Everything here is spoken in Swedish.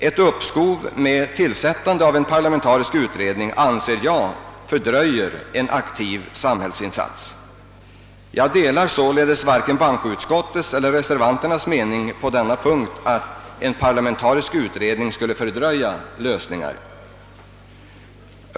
Ett uppskov med tillsättande av en parlamentarisk utredning anser jag fördröja en aktiv samhällsinsats. Jag delar sålunda varken bankoutskottets eller reservanternas mening på denna punkt, att en parlamentarisk utredning skulle fördröja lösningarna.